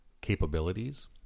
capabilities